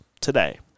today